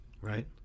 right